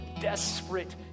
desperate